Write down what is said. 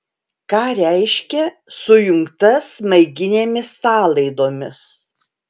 ką reiškia sujungta smaiginėmis sąlaidomis